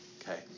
Okay